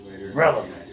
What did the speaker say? relevant